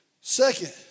Second